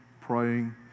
praying